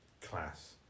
class